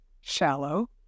shallow